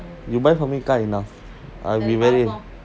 you buy for me car enough I'll be very